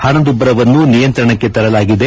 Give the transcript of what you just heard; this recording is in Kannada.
ಹಣದುಬ್ಬರವನ್ನು ನಿಯಂತ್ರಣಕ್ಕೆ ತರಲಾಗಿದೆ